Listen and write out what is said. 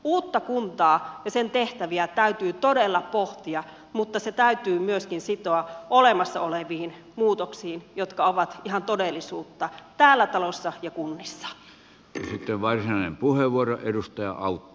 uutta kuntaa ja sen tehtäviä täytyy todella pohtia mutta se täytyy myöskin sitoa olemassa oleviin muutoksiin jotka ovat ihan todellisuutta täällä talossa ja kunnissa